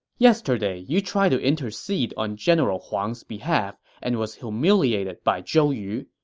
yesterday, you tried to intercede on general huang's behalf and was humiliated by zhou yu.